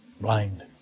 blind